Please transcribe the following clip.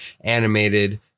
Animated